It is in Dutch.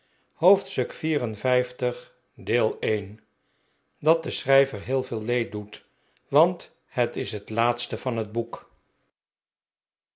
hoofdstuk liv dat den schrijver heel veel leed doet want het is het laatste van het boek